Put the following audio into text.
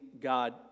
God